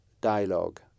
dialogue